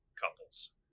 couples